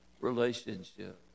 relationship